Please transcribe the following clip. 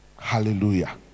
Hallelujah